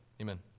Amen